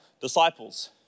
Disciples